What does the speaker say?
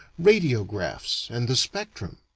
radiographs, and the spectrum.